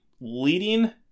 leading